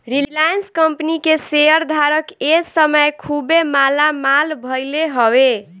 Reliance company के शेयर धारक ए समय खुबे मालामाल भईले हवे